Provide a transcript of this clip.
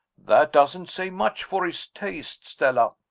that doesn't say much for his taste, stella.